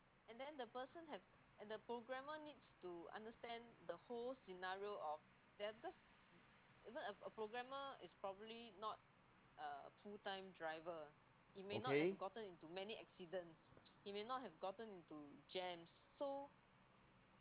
okay